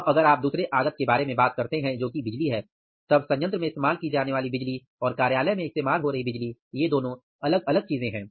अब अगर आप दूसरे आगत के बारे में बात करते हैं जो कि बिजली है तब संयंत्र में इस्तेमाल की जाने वाली बिजली और कार्यालय में इस्तेमाल हो रही बिजली ये दोनों अलग अलग चीजें हैं